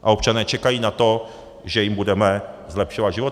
A občané čekají na to, že jim budeme zlepšovat životy.